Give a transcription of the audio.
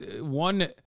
one